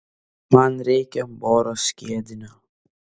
man reikia boro skiedinio